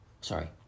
Sorry